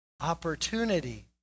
opportunity